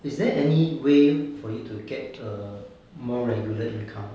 is there any way for you to get err more regular income